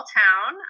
town